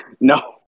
No